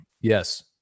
Yes